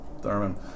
Thurman